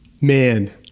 Man